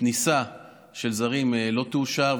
כניסה של זרים לא תאושר.